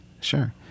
Sure